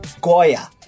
Goya